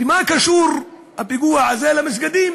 מה קשור הפיגוע הזה למסגדים,